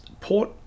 Port